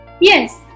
Yes